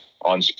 on